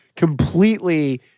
completely